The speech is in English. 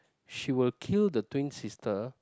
she will kill the twin sister